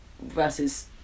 versus